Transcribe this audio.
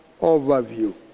overview